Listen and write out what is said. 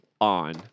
on